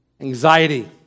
anxiety